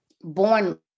born